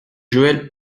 joël